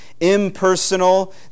impersonal